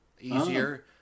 easier